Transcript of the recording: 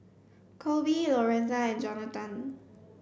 Koby Lorenza and Johnathan